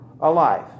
alive